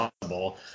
possible